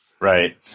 Right